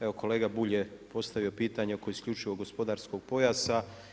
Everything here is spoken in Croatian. Evo kolega Bulj je postavio pitanje oko isključivo gospodarskog pojasa.